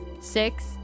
Six